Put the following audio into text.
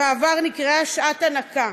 ובעבר נקראה "שעת הנקה".